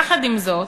יחד עם זאת,